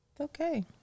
Okay